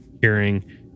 hearing